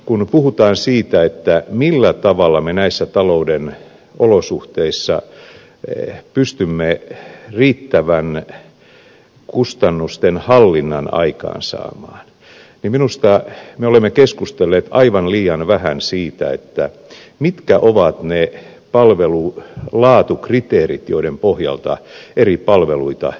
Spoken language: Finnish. kun puhutaan siitä millä tavalla me näissä talouden olosuhteissa pystymme riittävän kustannustenhallinnan aikaansaamaan niin minusta me olemme keskustelleet aivan liian vähän siitä mitkä ovat ne palvelulaatukriteerit joiden pohjalta eri palveluita tuotetaan